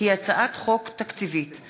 היא הצעת חוק תקציבית.